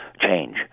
change